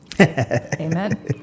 Amen